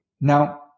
Now